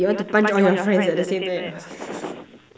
you want to punch all your friends at the same time